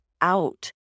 out